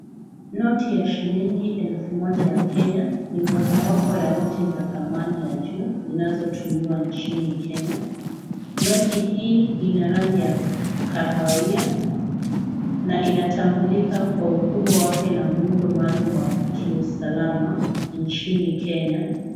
Noti ya shilingi elfu moja ya Kenya, ni moja wapo ya noti za thamani ya juu, inayotumiwa nchini Kenya. Noti hii ina rangi ya kahawia na inatambulika kwa ukubwa wake na muundo maalum wa kiusalama nchini Kenya.